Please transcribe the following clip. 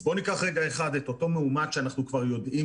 אז בואו ניקח רגע אחד את אותו מאומת שאנחנו כבר יודעים